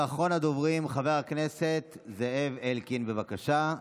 ואחרון הדוברים, חבר הכנסת זאב אלקין, בבקשה.